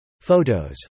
Photos